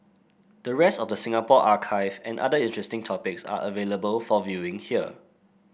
the rest of the Singapore archive and other interesting topics are available for viewing here